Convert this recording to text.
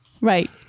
Right